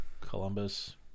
Columbus